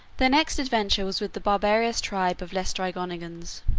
their next adventure was with the barbarous tribe of laestrygonians.